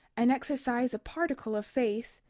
and exercise a particle of faith,